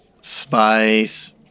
spice